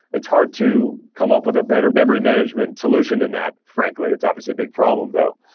it's hard to come up with a better memory management solution than that, frankly. it's obviously a big problem though.